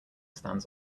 stands